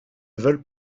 veulent